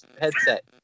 headset